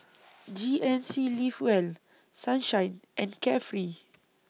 G N C Live Well Sunshine and Carefree